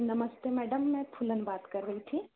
नमस्ते मैडम मैं फूलन बात कर रही थी